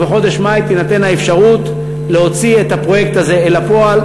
ובחודש מאי תינתן האפשרות להוציא את הפרויקט הזה אל הפועל.